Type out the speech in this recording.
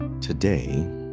today